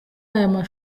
aya